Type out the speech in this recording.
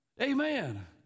amen